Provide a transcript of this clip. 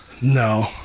no